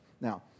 Now